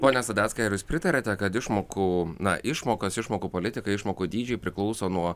pone sadeckai ar jūs pritariate kad išmokų na išmokas išmokų politikai išmokų dydžiai priklauso nuo